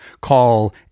Call